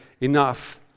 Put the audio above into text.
enough